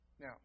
Now